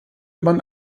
man